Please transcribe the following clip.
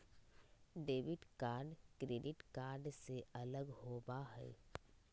debit card credit card से अलग होबा हई